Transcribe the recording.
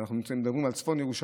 אנחנו מדברים על צפון ירושלים,